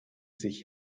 sich